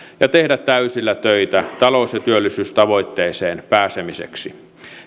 ja tehdä täysillä töitä talous ja työllisyystavoitteisiin pääsemiseksi